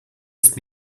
ist